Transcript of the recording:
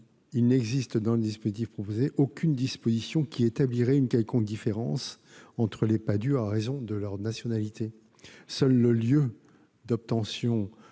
il n'existe, dans le dispositif proposé, aucune disposition établissant une quelconque différence entre les Padhue à raison de leur nationalité. Seul le lieu d'obtention